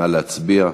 נא להצביע.